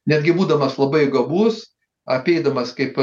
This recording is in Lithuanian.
netgi būdamas labai gabus apeidamas kaip